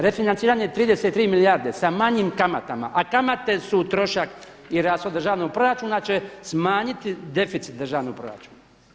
Refinanciranje 33 milijarde sa manjim kamatama, a kamate su trošak i rashod državnog proračuna će smanjiti deficit državnog proračuna.